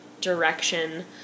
direction